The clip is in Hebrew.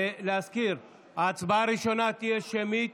להזכיר: ההצבעה הראשונה תהיה שמית,